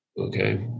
okay